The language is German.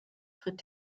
tritt